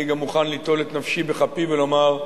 אני גם מוכן ליטול את נפשי בכפי ולומר,